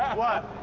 what?